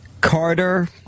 Carter